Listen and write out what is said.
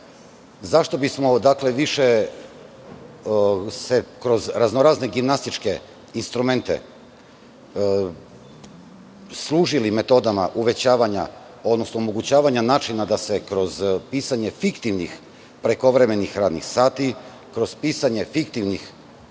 bismo se više kroz razno razne gimnastičke instrumente služili metodama uvećavanja, odnosno omogućavanja načina da se kroz pisanje fiktivnih prekovremenih radnih sati, kroz pisanje fiktivnih